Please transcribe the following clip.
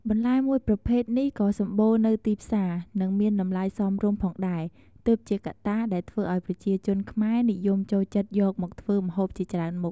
បន្លែមួយប្រភេទនេះក៏សម្បូរនៅទីផ្សារ និងមានតម្លៃសមរម្យផងដែរ ទើបជាកត្តាដែលធ្វើឱ្យប្រជាជនខ្មែរនិយមចូលចិត្តយកមកធ្វើម្ហូបជាច្រើនមុខ។